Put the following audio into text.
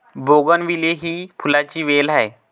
bougainvillea ही फुलांची वेल आहे